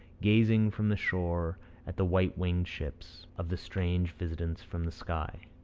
gazing from the shore at the white-winged ships of the strange visitants from the sky.